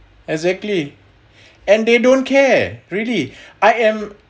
exactly and they don't care really I am